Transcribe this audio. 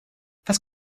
was